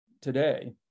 today